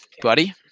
buddy